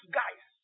guys